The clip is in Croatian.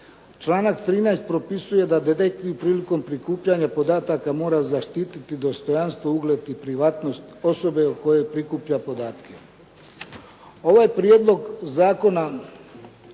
Članak 13. propisuje da detektiv prilikom prikupljanja podataka mora zaštititi dostojanstvo, ugled i privatnost osobe o kojoj prikuplja podatke. Ovaj prijedlog zakona